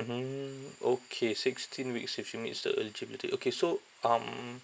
mmhmm okay sixteen weeks if she meets the eligibility okay so um